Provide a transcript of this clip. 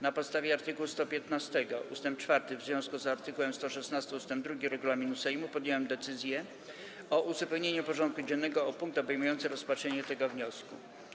Na podstawie art. 115 ust. 4 w związku z art. 116 ust. 2 regulaminu Sejmu podjąłem decyzję o uzupełnieniu porządku dziennego o punkt obejmujący rozpatrzenie tego wniosku.